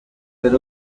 per